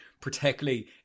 particularly